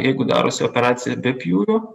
jeigu darosi operacija be pjūvio